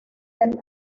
del